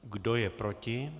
Kdo je proti?